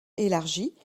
élargi